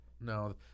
No